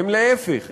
להפך,